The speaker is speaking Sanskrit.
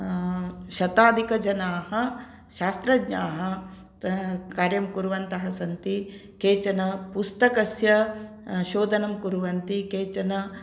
शताधिकजनाः शास्त्रज्ञाः कार्यं कुर्वन्तः सन्ति केचन पुस्तकस्य शोधनं कुर्वन्ति केचन